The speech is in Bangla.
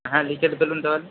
হ্যাঁ লিখে ফেলুন তাহলে